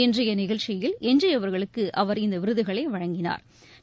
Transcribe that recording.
இன்றைய நிகழ்ச்சியில் எஞ்சியவா்களுக்கு அவா் இந்த விருதுகளை வழங்கினாா்